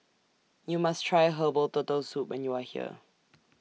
YOU must Try Herbal Turtle Soup when YOU Are here